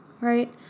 right